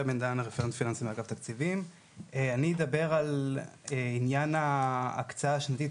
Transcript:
אני אדבר על עניין ההקצאה השנתית,